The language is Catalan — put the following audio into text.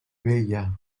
bella